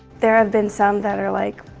there have been some that are like,